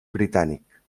britànic